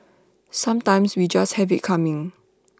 sometimes we just have IT coming